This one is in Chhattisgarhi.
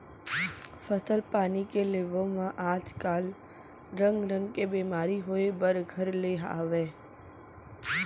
फसल पानी के लेवब म आज काल रंग रंग के बेमारी होय बर घर ले हवय